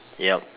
yup